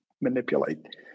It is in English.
manipulate